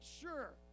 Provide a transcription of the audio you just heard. sure